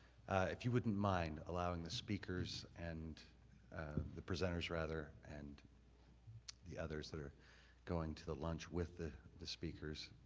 if you wouldn't mind allowing the speakers, and the presenters, rather, and the others that are going to the lunch with the the speakers,